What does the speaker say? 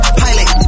pilot